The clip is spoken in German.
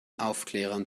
aufklärern